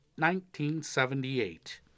1978